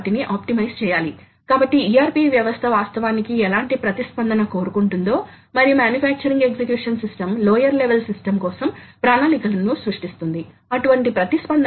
ఇప్పుడు మనం పాఠ సారాంశం చివరికి వచ్చాము మనం పాఠ సారాంశానికి వచ్చాము మరియు మనం ఏమి నేర్చుకున్నామో చూద్దాం మనం CNC యంత్రం యొక్క ప్రాథమిక నిర్మాణ లక్షణాలను ను చూశాము ఎలా తయారు చేయబడింది మీరు చూసినది ప్రాథమికమైనది